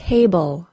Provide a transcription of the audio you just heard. Table